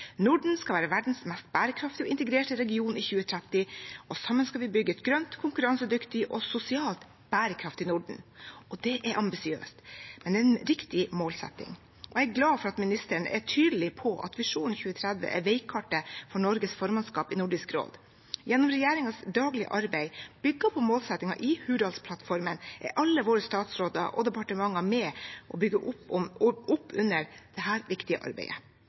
Norden skal være verdens mest bærekraftige og integrerte region i 2030, og sammen skal vi bygge et grønt, konkurransedyktig og sosialt bærekraftig Norden. Det er ambisiøst, men en riktig målsetting. Jeg er glad for at ministeren er tydelig på at Vår visjon 2030 er veikartet for Norges formannskap i Nordisk råd. Gjennom regjeringens daglige arbeid, som bygger på målsettingen i Hurdalsplattformen, er alle våre statsråder og departementer med på å bygge opp